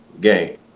game